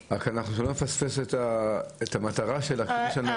כדי שלא נפספס את המטרה של החוק שלנו היום.